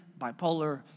bipolar